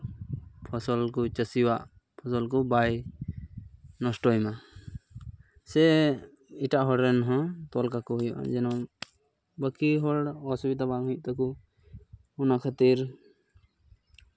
ᱯᱷᱚᱥᱚᱞ ᱠᱚ ᱪᱟᱹᱥᱤᱣᱟᱜ ᱯᱷᱚᱥᱚᱞ ᱠᱚ ᱵᱟᱭ ᱱᱚᱥᱴᱚᱭ ᱢᱟ ᱥᱮ ᱮᱴᱟᱜ ᱦᱚᱲ ᱨᱮᱱ ᱦᱚᱸ ᱛᱚᱞ ᱠᱟᱠᱚ ᱦᱩᱭᱩᱜᱼᱟ ᱡᱮᱱᱚ ᱵᱟᱹᱠᱤ ᱦᱚᱲ ᱚᱥᱩᱵᱤᱫᱷᱟ ᱵᱟᱝ ᱦᱩᱭᱩᱜ ᱛᱟᱠᱚ ᱚᱱᱟ ᱠᱷᱟᱹᱛᱤᱨ